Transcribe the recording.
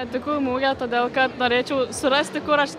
atvykau į mugę todėl kad norėčiau surasti kur aš